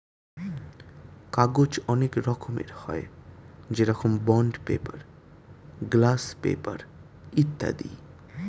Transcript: কাগজ অনেক রকমের হয়, যেরকম বন্ড পেপার, গ্লাস পেপার ইত্যাদি